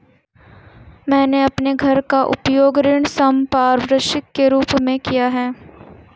मैंने अपने घर का उपयोग ऋण संपार्श्विक के रूप में किया है